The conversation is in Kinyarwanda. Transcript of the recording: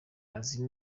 azi